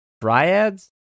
Dryads